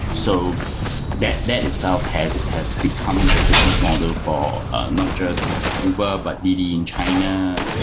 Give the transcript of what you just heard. so that that itself has has become the business model for not just uber, but didi in china,